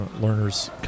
Learners